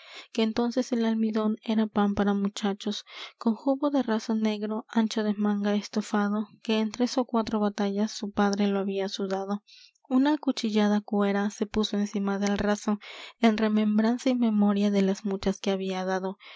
que entonces el almidón era pan para muchachos con jubón de raso negro ancho de manga estofado que en tres ó cuatro batallas su padre lo había sudado una acuchillada cuera se puso encima del raso en remembranza y memoria de las muchas que había dado